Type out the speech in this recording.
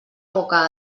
boca